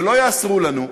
ולא יאסרו עלינו,